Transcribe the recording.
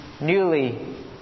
newly